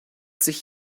sich